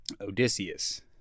Odysseus